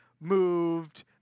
moved